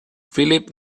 phillip